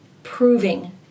proving